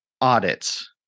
Audits